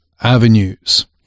avenues